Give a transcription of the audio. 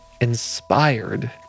inspired